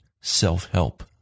self-help